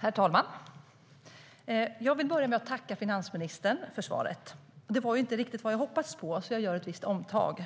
Herr talman! Jag vill börja med att tacka finansministern för svaret. Det var inte riktigt vad jag hade hoppats på, så jag gör ett omtag.